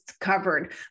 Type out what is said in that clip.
covered